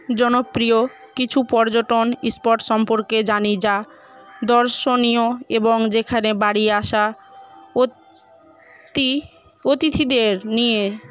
জনপ্রিয় কিছু পর্যটন স্পট সম্পর্কে জানি যা দর্শনীয় এবং যেখানে বাড়ি আসা অতি অতিথিদের নিয়ে